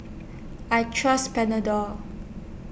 I Trust Panadol